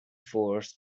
force